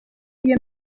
iyo